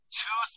two